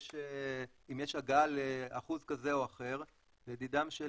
אם יש הגעה לאחוז כזה או אחר לדידם של